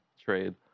trade